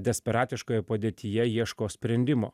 desperatiškoje padėtyje ieško sprendimo